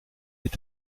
est